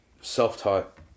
self-taught